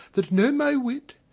that know my wit,